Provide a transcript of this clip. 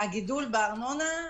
הגידול בארנונה,